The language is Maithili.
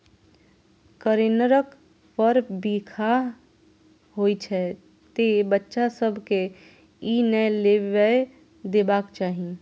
कनेरक फर बिखाह होइ छै, तें बच्चा सभ कें ई नै लेबय देबाक चाही